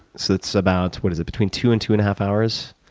so that's about what is it, between two and two and a half hours,